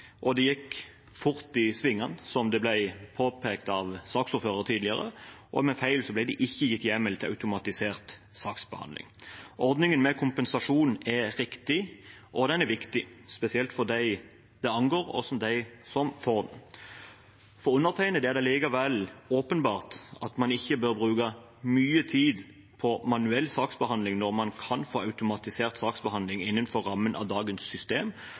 og det gikk fort i svingene – slik det ble påpekt av saksordføreren tidligere – og ved en feil ble det ikke gitt hjemmel til automatisert saksbehandling. Ordningen med kompensasjon er riktig, og den er viktig, spesielt for dem det angår, og for dem som får den. For undertegnede er det likevel åpenbart at man ikke bør bruke mye tid på manuell saksbehandling når man kan få automatisert saksbehandling innenfor rammen av dagens system,